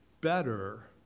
better